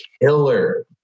killer